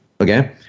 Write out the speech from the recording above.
Okay